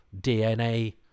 DNA